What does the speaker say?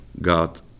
God